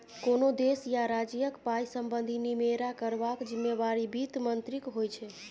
कोनो देश या राज्यक पाइ संबंधी निमेरा करबाक जिम्मेबारी बित्त मंत्रीक होइ छै